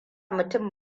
mutum